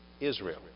Israel